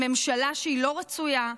לממשלה שהיא לא רצויה,